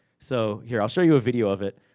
so, here, i'll show you a video of it.